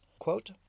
Quote